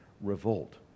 revolt